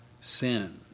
sin